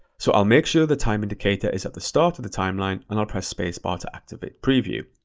so i'll make sure the time indicator is at the start of the timeline, and i'll press space bar to activate preview.